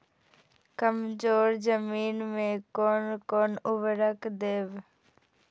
कमजोर जमीन में कोन कोन उर्वरक देब?